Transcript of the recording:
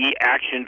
Action